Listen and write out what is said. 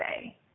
say